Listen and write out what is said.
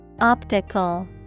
Optical